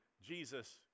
Jesus